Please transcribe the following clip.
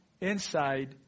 inside